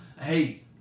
hey